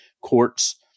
courts